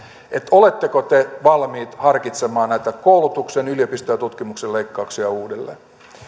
oletteko te valmiit harkitsemaan näitä koulutuksen yliopistojen ja tutkimuksen leikkauksia uudelleen